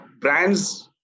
Brands